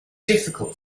difficult